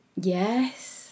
Yes